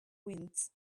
winds